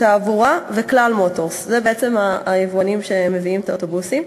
"תעבורה" ו"כלל מוטורס"; אלה היבואנים שמביאים את האוטובוסים.